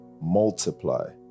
Multiply